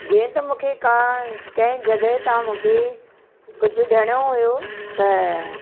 जीअं त मूंखे कंहिं जगह तव्हां मूंखे कुझु ॾियणो हुयो त